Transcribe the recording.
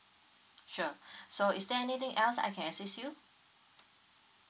sure so is there anything else I can assist you